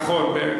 נכון,